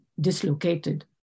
dislocated